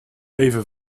even